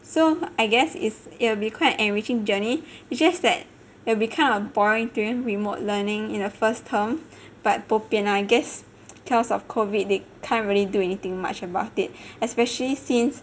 so I guess it's it'll be quite enriching journey it's just that it will become uh boring during remote learning in the first term but bobian lah I guess cause of COVID they can't really do anything much about it especially since